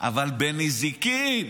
אבל בנזיקין,